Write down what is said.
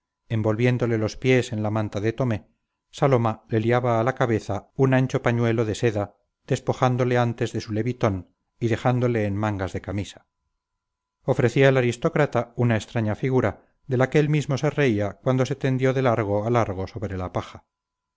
botas envolviéndole los pies en la manta de tomé saloma le liaba a la cabeza una ancho pañuelo de seda despojándole antes de su levitón y dejándole en mangas de camisa ofrecía el aristócrata una extraña figura de la que él mismo se reía cuando se tendió de largo a largo sobre la paja